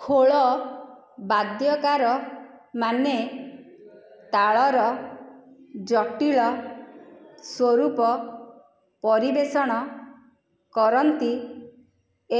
ଖୋଳ ବାଦ୍ୟକାରମାନେ ତାଳର ଜଟିଳ ସ୍ୱରୂପ ପରିବେଷଣ କରନ୍ତି